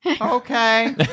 Okay